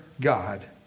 God